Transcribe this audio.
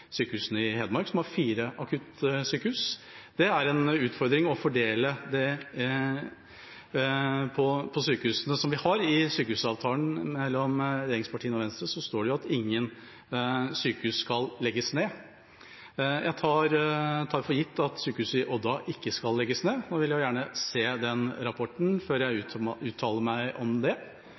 sykehusene i Hedmark, som har fire akuttsykehus. Det er en utfordring å fordele dette på de sykehusene som vi har. I sykehusavtalen mellom regjeringspartiene og Venstre står det at ingen sykehus skal legges ned. Jeg tar for gitt at sykehuset i Odda ikke skal legges ned, og vil gjerne se den rapporten før jeg uttaler meg om det.